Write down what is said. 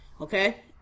okay